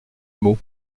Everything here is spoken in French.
mot